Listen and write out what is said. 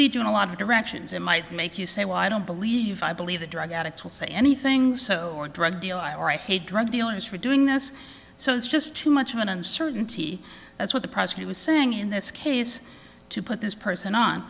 to a lot of directions it might make you say well i don't believe i believe the drug addicts will say anything so or a drug deal i'll write a drug dealers for doing this so it's just too much of an uncertainty that's what the president was saying in this case to put this person on